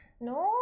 No